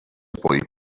poll